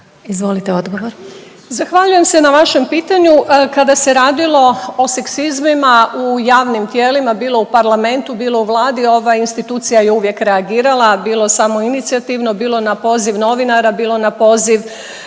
Višnja** Zahvaljujem se na vašem pitanju. Kada se radilo o seksizmima u javnim tijelima bilo u Parlamentu bilo u Vladi ova institucija je uvijek reagirala, bilo samoinicijativno, bilo na poziv novinara, bilo na poziv